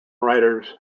writers